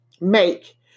make